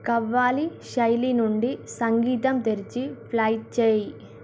ఖవ్వాలి శైలి నుండి సంగీతం తెరిచి ప్లే చేయి